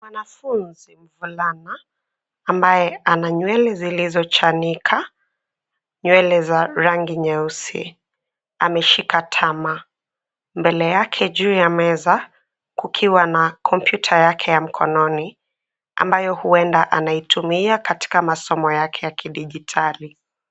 Mwanafunzi mvulana ambaye ana nywele zilizochanika, nywele za rangi nyeusi. Ameshika tamaa, mbele yake juu ya meza kukiwa na kompyuta yake ya mkononi ambayo huenda anaitumia katika masomo yake ya kidijitali.